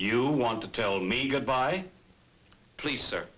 you want to tell me goodbye please sir